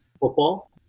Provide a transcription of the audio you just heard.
football